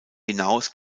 hinaus